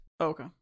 okay